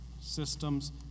systems